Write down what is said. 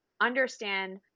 understand